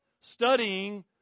studying